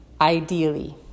ideally